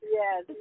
yes